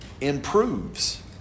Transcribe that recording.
improves